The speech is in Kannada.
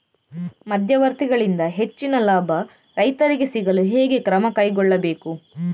ಮಧ್ಯವರ್ತಿಗಳಿಂದ ಹೆಚ್ಚಿನ ಲಾಭ ರೈತರಿಗೆ ಸಿಗಲು ಹೇಗೆ ಕ್ರಮ ಕೈಗೊಳ್ಳಬೇಕು?